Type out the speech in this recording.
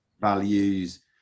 values